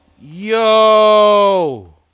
Yo